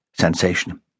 sensation